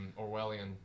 Orwellian